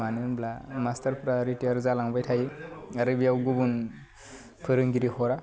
मानो होनब्ला मास्टारफ्रा रिटाइयार जालांबाय थायो आरो बेयाव गुबुन फोरोंगिरि हरा